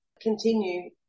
continue